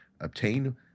obtain